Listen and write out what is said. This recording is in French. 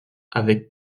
avec